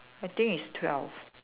I think is twelve